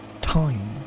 time